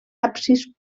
absis